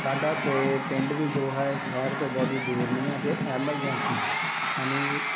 ਸਾਡਾ ਤਾਂ ਪਿੰਡ ਵੀ ਜੋ ਹੈ ਸ਼ਹਿਰ ਤੋਂ ਬਹੁਤੀ ਦੂਰ ਨਹੀਂ ਜੇ ਐਮਰਜੈਂਸੀ ਸਾਨੂੰ